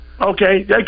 Okay